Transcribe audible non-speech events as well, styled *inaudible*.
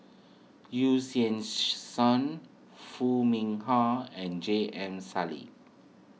Yu Xieng *unintelligible* Song Foo Mee Har and J M Sali